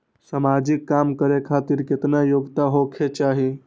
समाजिक काम करें खातिर केतना योग्यता होके चाही?